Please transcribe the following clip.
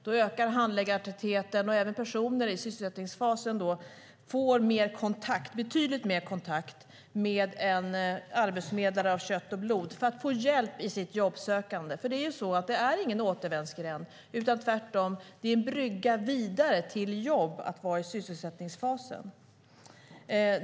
Då ökar handläggartätheten, och också personer i sysselsättningsfasen får betydligt mer kontakt med en arbetsförmedlare av kött och blod för att få hjälp i sitt jobbsökande. Det är ingen återvändsgränd utan tvärtom en brygga vidare till jobb att vara i sysselsättningsfasen.